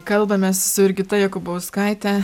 kalbamės su jurgita jakubauskaite